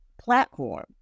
platform